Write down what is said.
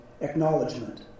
acknowledgement